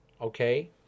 okay